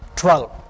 twelve